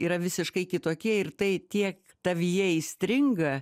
yra visiškai kitokie ir tai kiek tavyje įstringa